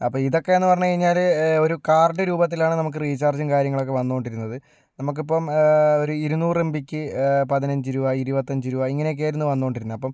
അപ്പം ഇതൊക്കേന്ന് പറഞ്ഞ് കഴിഞ്ഞാല് ഒരു കാർഡ് രൂപത്തിലാണ് നമുക്ക് റീചാർജും കാര്യങ്ങളൊക്കെ വന്നുകൊണ്ടിരിക്കുന്നത് നമുക്കിപ്പം ഒരു ഇരുന്നൂറ് എം ബിക്ക് പതിനഞ്ച് രൂപ ഇരുപത്തഞ്ച് രൂപ ഇങ്ങനെയൊക്കെയായിരുന്നു വന്നോണ്ടിരുന്നത്